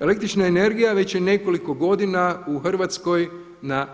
Električna energija već je nekoliko godina u Hrvatskoj na,